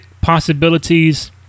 possibilities